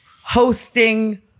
hosting